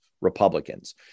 Republicans